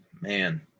man